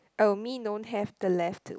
oh me don't have the left